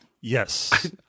Yes